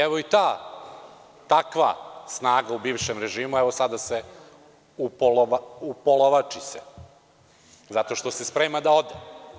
Evo, i ta takva snaga u bivšem režimu sada se upolovači, zato što se sprema da ode.